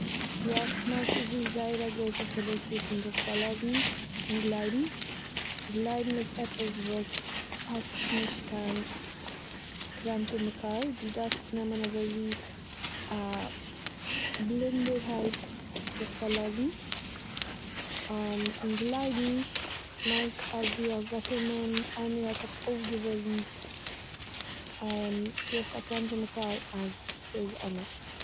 יא, כ'מיין ס'איז דא זייער א גרויסע חילוק צווישן זיך פארלאזן און גלייבן. גלייבן איז עפעס וואס האסט נישט קיין קראנטע מקור, דו דארפסט נעמען אזויווי א בלינדערהייט זיך פארלאזן, און גלייבן מיינט אז דו האסט באקומען, איינער האט דיך אויפגעוויזן דו האסט א קראנטע מקור אז ס'איז אמת